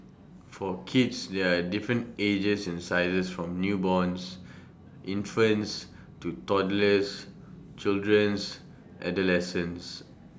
for kids there're different ages and sizes from newborns infants to toddlers children's adolescents